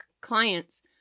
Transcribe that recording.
clients